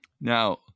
Now